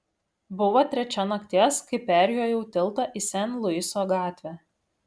buvo trečia nakties kai perjojau tiltą į sen luiso gatvę